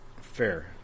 Fair